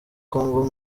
congo